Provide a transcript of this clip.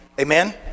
Amen